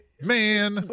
man